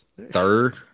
Third